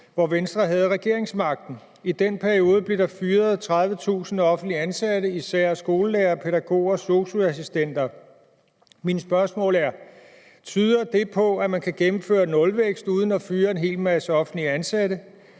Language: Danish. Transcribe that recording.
hvor Venstre havde regeringsmagten. I den periode blev der fyret 30.000 offentligt ansatte, især skolelærere, pædagoger og SOSU-assistenter. Mine spørgsmål er: Tyder det på, at man kan opnå nulvækst uden at fyre en hel masse offentligt ansatte?